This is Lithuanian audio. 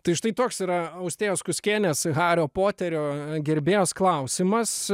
tai štai toks yra austėjos kuckienės hario poterio gerbėjos klausimas